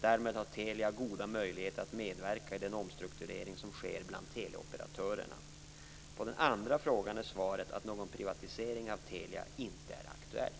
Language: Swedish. Därmed har Telia goda möjligheter att medverka i den omstrukturering som sker bland teleoperatörerna. På den andra frågan är svaret att någon privatisering av Telia inte är aktuell.